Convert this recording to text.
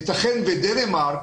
יתכן ודנמרק,